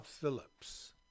Phillips